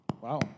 Wow